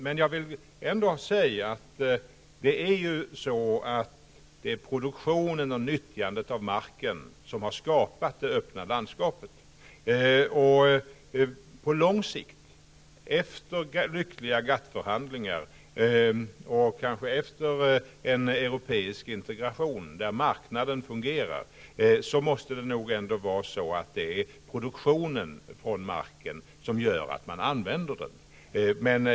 Men jag vill ändå säga att produktionen och nyttjandet av marken har skapat det öppna landskapet. På lång sikt, efter lyckliga GATT-förhandlingar och kanske efter en europeisk integration där marknaden fungerar, måste det ändå vara så att det är produktionen från marken som gör att man använder den.